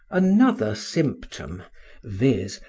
another symptom viz,